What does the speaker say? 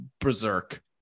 berserk